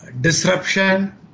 disruption